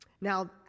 Now